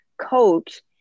coach